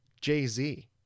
Jay-Z